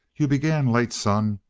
you began late, son,